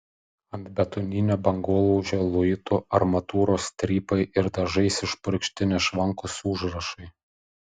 ant betoninio bangolaužio luitų armatūros strypai ir dažais išpurkšti nešvankūs užrašai